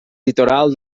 litoral